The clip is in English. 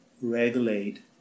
regulate